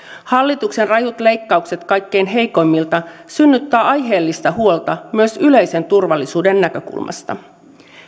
hallituksen rajut leikkaukset kaikkein heikoimmilta synnyttävät aiheellista huolta myös yleisen turvallisuuden näkökulmasta